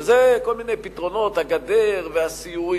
לזה יש כל מיני פתרונות, הגדר והסיורים.